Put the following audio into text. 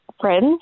friends